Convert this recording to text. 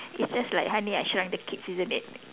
it's just like honey I shrunk the kids isn't it